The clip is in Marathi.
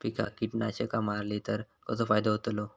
पिकांक कीटकनाशका मारली तर कसो फायदो होतलो?